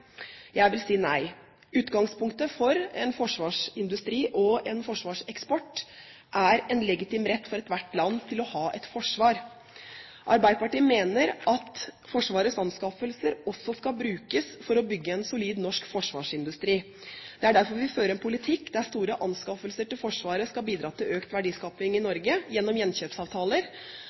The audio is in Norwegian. Jeg vil si nei. Utgangspunktet for en forsvarsindustri og en forsvarseksport er en legitim rett for ethvert land til å ha et forsvar. Arbeiderpartiet mener at Forsvarets anskaffelser også skal brukes for å bygge en solid norsk forsvarsindustri. Det er derfor vi fører en politikk der store anskaffelser til Forsvaret skal bidra til økt verdiskaping i Norge gjennom gjenkjøpsavtaler,